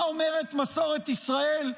מה אומרת מסורת ישראל?